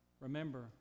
Remember